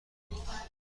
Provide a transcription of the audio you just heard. دارم